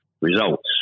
results